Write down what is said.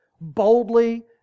boldly